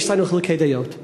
יש לנו חילוקי דעות,